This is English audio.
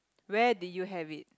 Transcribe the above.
where did you have it